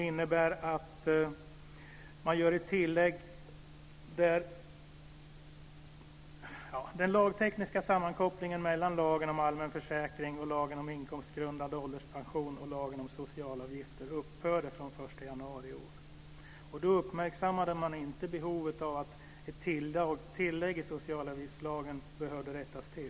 Den lagtekniska sammankopplingen mellan lagen om allmän försäkring, lagen om inkomstgrundad ålderspension och lagen om socialavgifter upphörde den 1 januari i år. Då uppmärksammade man inte behovet av ett tillägg i socialavgiftslagen, vilket nu rättas till.